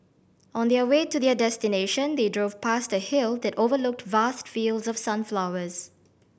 on the way to their destination they drove past a hill that overlooked vast fields of sunflowers